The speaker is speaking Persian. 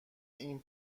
این